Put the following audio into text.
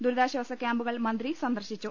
ദുരിതാശ്ചാസ കൃാമ്പുകൾ മന്ത്രി സന്ദർശിച്ചു